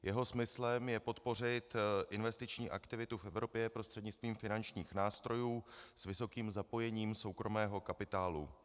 Jeho smyslem je podpořit investiční aktivitu v Evropě prostřednictvím finančních nástrojů s vysokým zapojením soukromého kapitálu.